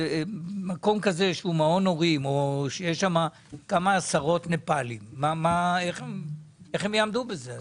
איך מעון הורים שעובדים בו כמה עשרות נפאלים יעמוד בזה?